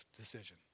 decision